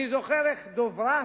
אני זוכר איך דברת,